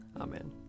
Amen